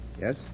Yes